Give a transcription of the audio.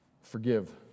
forgive